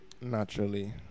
Naturally